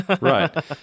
Right